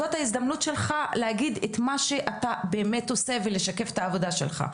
זו ההזדמנות שלך להגיד את מה שאתה באמת עושה ולשקף את העבודה שלך.